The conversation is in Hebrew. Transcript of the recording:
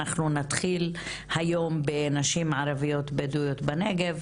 אנחנו נתחיל היום בנשים ערביות בדואיות בנגב